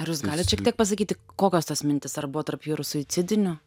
ar jūs galit šiek tiek pasakyti kokios tos mintys ar buvo tarp jų ir suicidinių